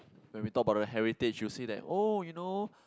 when we talked about the heritage you said that oh you know